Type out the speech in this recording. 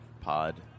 Pod